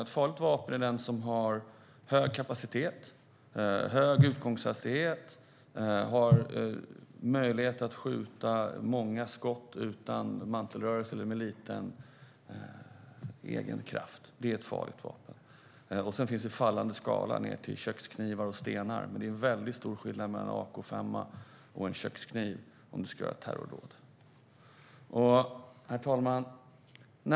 Ett farligt vapen är ett vapen som har hög kapacitet, hög utgångshastighet och som av egen kraft kan skjuta många skott utan mantelrörelse. Det är ett farligt vapen. Sedan är det en fallande skala ned till köksknivar och stenar. Det är väldigt stor skillnad mellan en AK5:a och en kökskniv om man ska utföra ett terrordåd. Herr talman!